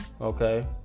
okay